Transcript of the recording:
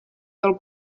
del